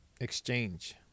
exchange